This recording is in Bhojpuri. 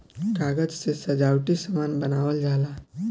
कागज से सजावटी सामान बनावल जाला